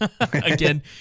again